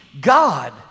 God